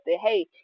hey